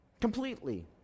completely